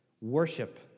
Worship